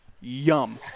Yum